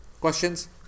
Questions